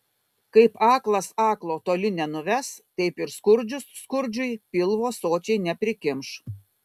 kaip aklas aklo toli nenuves taip ir skurdžius skurdžiui pilvo sočiai neprikimš